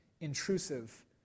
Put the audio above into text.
intrusive